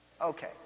Okay